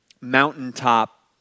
mountaintop